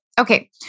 Okay